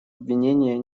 обвинения